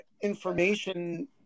information